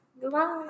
Goodbye